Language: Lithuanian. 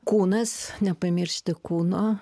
kūnas nepamiršti kūno